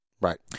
Right